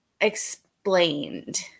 explained